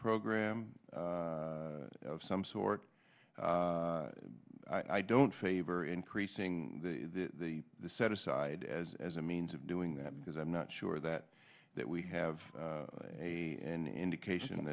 program of some sort i don't favor increasing the set aside as as a means of doing that because i'm not sure that that we have a an indication